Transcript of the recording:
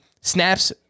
snaps